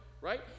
right